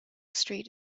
street